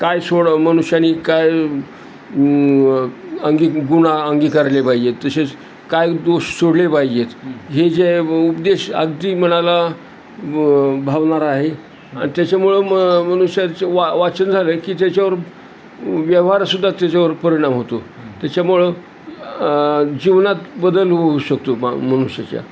काय सोड मनुष्यानी काय अंगी गुणा अंगीकारले पाहिजेत तशेच काय दोष सोडले पाहिजेत हे जे उपदेश अगदी मणाला भावणार आहे त्याच्यामुळं म मनुष्याचं वा वाचन झालं की त्याच्यावर व्यवहार सुुद्धा त्याच्यावर परिणाम होतो त्याच्यामुळं जीवनात बदल होऊ शकतो मनुष्याच्या